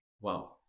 Wow